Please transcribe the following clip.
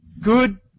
good